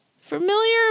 familiar